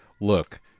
look